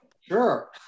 Sure